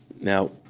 Now